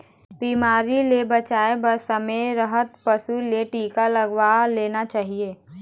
बिमारी ले बचाए बर समे रहत पशु ल टीका लगवा लेना चाही